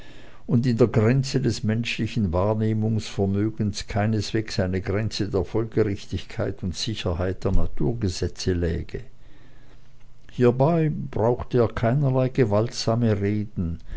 und in der grenze des menschlichen wahrnehmungsvermögens keineswegs eine grenze der folgerichtigkeit und sicherheit der naturgesetze läge hiebei brauchte er keinerlei gewaltsame reden